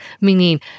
meaning